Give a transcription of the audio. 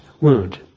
wound